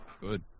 Good